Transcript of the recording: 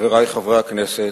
חברי חברי הכנסת,